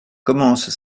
commence